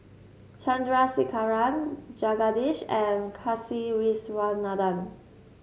Chandrasekaran Jagadish and Kasiviswanathan